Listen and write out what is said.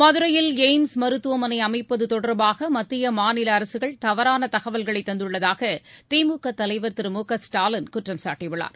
மதுரையில் எய்ம்ஸ் மருத்துவமனைஅமைப்பதுதொடர்பாகமத்திய மாநிலஅரசுகள் தவறானதகவல்களைதந்துள்ளதாகதிமுகதலைவர் திரு மு க ஸ்டாலின் குற்றம் சாட்டியுள்ளார்